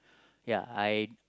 ya I